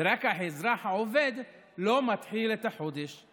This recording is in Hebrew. ורק האזרח העובד לא מתחיל את החודש.